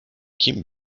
kim